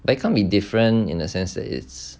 but I can't be different in a sense that it's